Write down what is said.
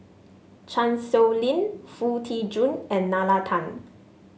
Chan Sow Lin Foo Tee Jun and Nalla Tan